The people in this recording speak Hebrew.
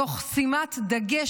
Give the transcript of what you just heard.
תוך שימת דגש